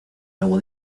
lobo